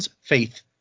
faith